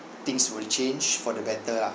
things will change for the better ah